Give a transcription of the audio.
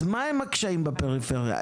אז מהם הקשיים בפריפריה?